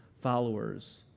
followers